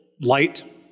light